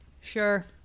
Sure